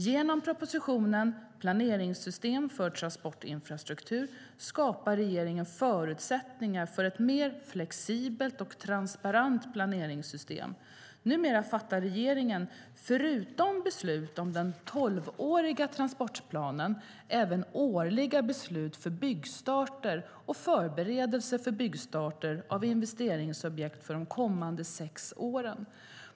Genom propositionen Planeringssystem för transportinfrastruktur skapar regeringen förutsättningar för ett mer flexibelt och transparent planeringssystem. Numera fattar regeringen, förutom beslut om den tolvåriga transportplanen, även årliga beslut för byggstarter och förberedelse för byggstarter av investeringsobjekt för de kommande sex åren.